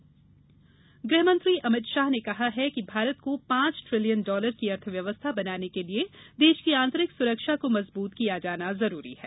अमित शाह गृहमंत्री अमित शाह ने कहा है कि भारत को पांच ट्रिलियन डॉलर की अर्थव्यवस्था बनाने के लिए देश की आतंरिक सुरक्षा को मजबूत किया जाना जरूरी है